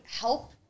help